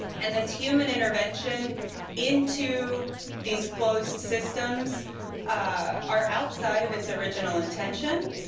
and this human intervention into these closed systems are outside of its original intention,